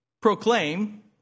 proclaim